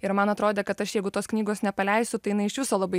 ir man atrodė kad aš jeigu tos knygos nepaleisiu tai jinai iš viso labai